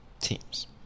teams